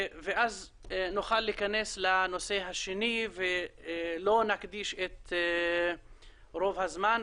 נוכל להיכנס לנושא השני, ולו נקדיש את רוב הזמן.